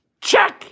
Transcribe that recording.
check